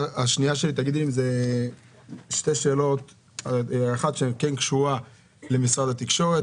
שתי שאלות, האחת כן קשורה למשרד התקשורת.